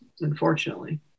Unfortunately